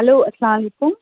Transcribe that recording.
hello اسلامُ علیکُم